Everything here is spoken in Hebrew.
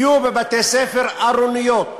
יהיו בבתי-הספר ארוניות